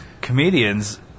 comedians